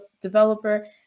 developer